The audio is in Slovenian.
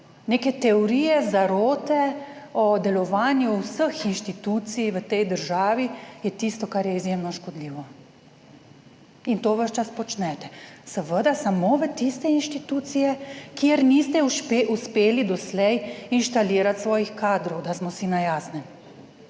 neke teorije zarote o delovanju vseh inštitucij v tej državi, je tisto, kar je izjemno škodljivo in to ves čas počnete - seveda samo v tiste inštitucije, kjer niste uspeli doslej inštalirati svojih kadrov, da smo si na jasnem.